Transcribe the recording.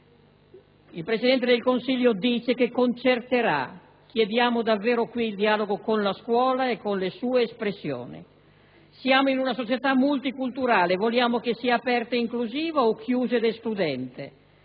Il Presidente del Consiglio dice che concerterà. Chiediamo davvero qui il dialogo con la scuola e con le sue espressioni. Viviamo in una società multiculturale. Vogliamo che sia aperta e inclusiva o chiusa e escludente?